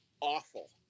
awful